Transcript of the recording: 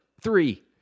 Three